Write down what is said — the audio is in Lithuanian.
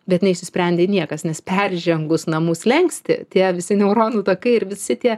bet neišsisprendė niekas nes peržengus namų slenkstį tie visi neuronų takai ir visi tie